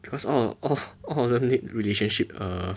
because all all all of them need relationship err